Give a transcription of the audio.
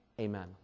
Amen